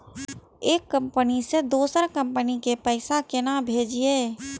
एक कंपनी से दोसर कंपनी के पैसा केना भेजये?